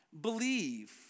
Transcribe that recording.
believe